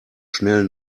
schnell